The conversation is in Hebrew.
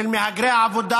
של מהגרי העבודה.